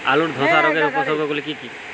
আলুর ধসা রোগের উপসর্গগুলি কি কি?